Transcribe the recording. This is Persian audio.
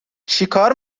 چیکار